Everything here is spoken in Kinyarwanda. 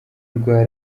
rwa